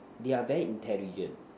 they are very intelligent